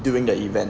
during the event